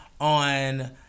on